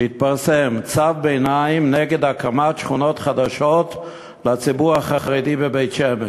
שהתפרסם צו ביניים נגד הקמת שכונות חדשות לציבור החרדי בבית-שמש: